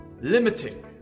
limiting